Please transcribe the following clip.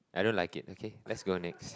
I don't like it okay let's go next